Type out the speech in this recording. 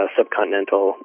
Subcontinental